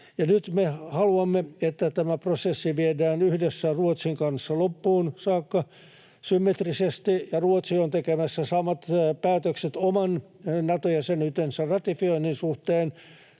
Nyt me haluamme, että tämä prosessi viedään yhdessä Ruotsin kanssa loppuun saakka symmetrisesti, ja Ruotsi on tekemässä samat päätökset oman Nato-jäsenyytensä ratifioinnin suhteen,